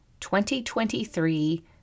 2023